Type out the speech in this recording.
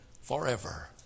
forever